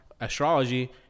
astrology